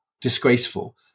disgraceful